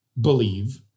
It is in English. believe